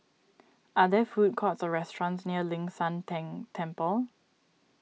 are there food courts or restaurants near Ling San Teng Temple